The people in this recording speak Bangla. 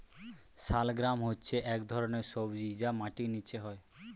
শালগ্রাম হচ্ছে এক ধরনের সবজি যা মাটির নিচে হয়